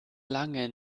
lange